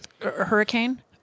hurricane